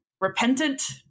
repentant